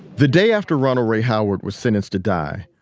the day after ronald ray howard was sentenced to die,